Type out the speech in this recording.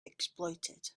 exploited